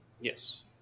Yes